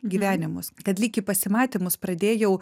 gyvenimus kad lyg į pasimatymus pradėjau